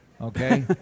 okay